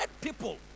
people